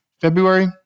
February